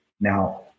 now